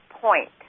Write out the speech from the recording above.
Point